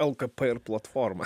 lkp ir platformą